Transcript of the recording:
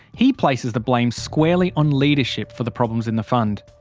he places the blame squarely on leadership for the problems in the fund.